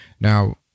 Now